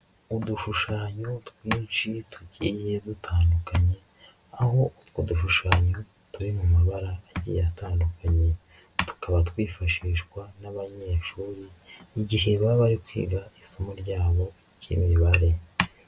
Udushushanyo twinshi tugiye dutandukanye aho utwo dushushanyo turi mu mabara agiye atandukanye, tukaba twifashishwa n'abanyeshuri igihe baba bari kwiga isomo ryabo ry'Imibare.